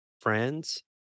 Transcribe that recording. friends